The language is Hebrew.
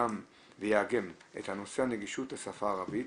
ויאגם את נושא הנגישות לשפה הערבית.